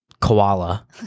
koala